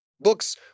Books